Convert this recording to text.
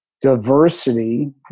diversity